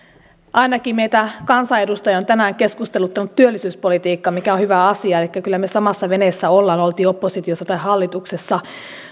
ainakin meitä kansanedustajia on tänään keskusteluttanut työllisyyspolitiikka mikä on hyvä asia elikkä kyllä me samassa veneessä olemme oltiin oppositiossa tai hallituksessa